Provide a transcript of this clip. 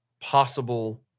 possible